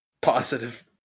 positive